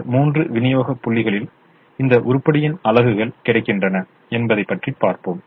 இந்த மூன்று விநியோக புள்ளிகளில் இந்த உருப்படியின் அலகுகள் கிடைக்கின்றன என்பதை பற்றி பார்ப்போம்